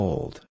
Old